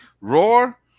Roar